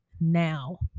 now